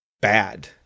bad